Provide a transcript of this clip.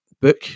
book